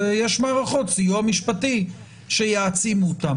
יש מערכות סיוע משפטי שיעצימו אותם.